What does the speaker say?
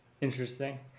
Interesting